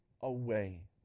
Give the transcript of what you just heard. away